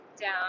down